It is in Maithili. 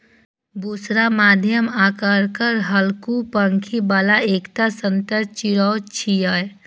बुशरा मध्यम आकारक, हल्लुक पांखि बला एकटा सतर्क चिड़ै छियै